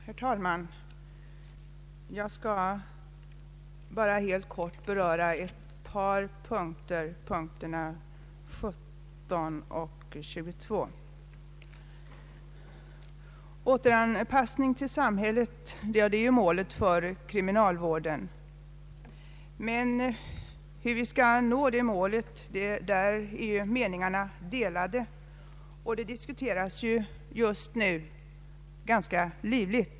Herr talman! Jag skall bara helt kort beröra ett par punkter i föreliggande utlåtande, nämligen punkterna 17 och 22. Återanpassning i samhället är ju målet för kriminalvården, men meningarna är delade om hur vi skall nå detta mål. Detta diskuteras just nu ganska livligt.